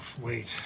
wait